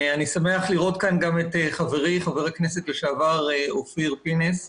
אני שמח לראות כאן גם את חברי חבר הכנסת לשעבר אופיר פינס פז.